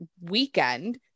weekend